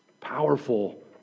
Powerful